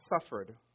suffered